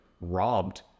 robbed